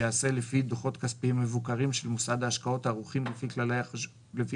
ייעשה לפי דוחות כספיים מבוקרים של מוסד ההשקעות ערוכים לפי כללי חשבונאות